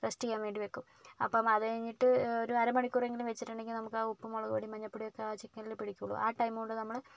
rest ചെയ്യാൻ വേണ്ടി വെക്കും അപ്പോൾ അത് കഴിഞ്ഞിട്ട് ഒരു അര മണിക്കൂർ എങ്കിലും വെച്ചിട്ടുണ്ടെങ്കിൽ നമുക്ക് ആ ഉപ്പ് മുളക് പൊടി മഞ്ഞൾ പൊടിയൊക്കെ ആ ചിക്കനിൽ പിടിക്കുകയുള്ളൂ ആ ടൈം കൊണ്ട് നമ്മൾ